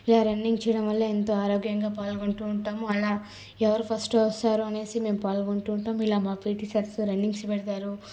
ఇలా రన్నింగ్ చేయడం వల్ల ఎంతో ఆరోగ్యంగా పాల్గొంటు ఉంటాము అలా ఎవరు ఫస్టు వస్తారో అనేసి మేం పాల్గొంటుంటాం ఇలా మా పీటీ సార్సు రన్నింగ్స్ పెడతారు